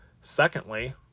Secondly